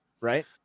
Right